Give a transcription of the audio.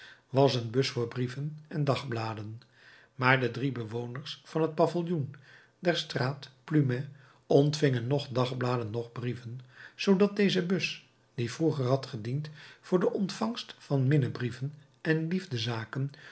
was een bus voor brieven en dagbladen maar de drie bewoners van het paviljoen der straat plumet ontvingen noch dagbladen noch brieven zoodat deze bus die vroeger had gediend voor de ontvangst van minnebrieven en